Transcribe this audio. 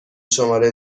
شماره